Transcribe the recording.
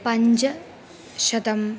पञ्चशतम्